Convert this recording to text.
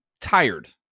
tired